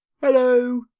Hello